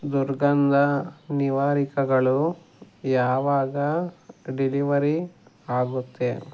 ದುರ್ಗಂಧ ನಿವಾರಕಗಳು ಯಾವಾಗ ಡೆಲಿವರಿ ಆಗುತ್ತೆ